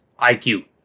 IQ